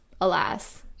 alas